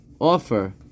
offer